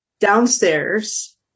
downstairs